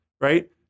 Right